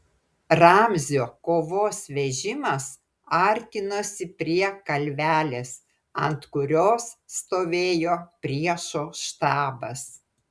ramzio kovos vežimas artinosi prie kalvelės ant kurios stovėjo priešo štabas